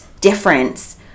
difference